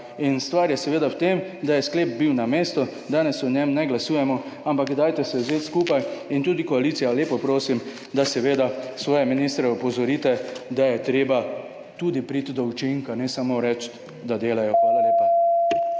In stvar je seveda v tem, da je sklep bil na mestu, danes o njem ne glasujemo, ampak dajte se vzeti skupaj in tudi koalicija, lepo prosim, da seveda svoje ministre opozorite, da je treba tudi priti do učinka, ne samo reči, da delajo. Hvala lepa.